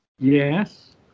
Yes